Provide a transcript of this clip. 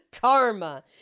karma